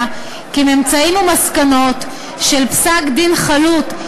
כי ממצאים ומסקנות של פסק-דין חלוט,